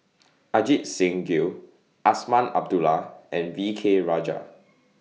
Ajit Singh Gill Azman Abdullah and V K Rajah